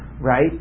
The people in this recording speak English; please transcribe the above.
Right